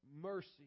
mercy